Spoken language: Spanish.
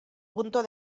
punto